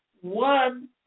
One